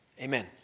Amen